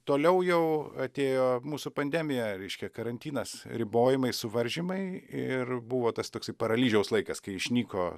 toliau jau atėjo mūsų pandemija reiškia karantinas ribojimai suvaržymai ir buvo tas toksai paralyžiaus laikas kai išnyko